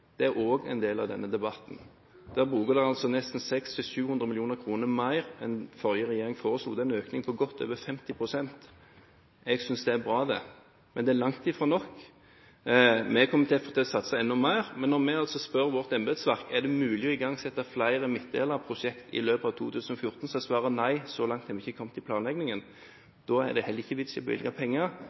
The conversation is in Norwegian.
Det er også en del av denne debatten. Her bruker vi 600–700 mill. kr mer enn det den forrige regjeringen foreslo. Det er en økning på godt over 50 pst. Jeg synes det er bra, men det er langt fra nok. Vi kommer iallfall til å satse enda mer. Men når vi spør vårt embetsverk om det er mulig å igangsette flere midtdelerprosjekt i løpet av 2014, er svaret nei, så langt har vi ikke kommet i planleggingen. Da er det heller ikke vits i å bevilge penger,